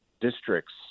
districts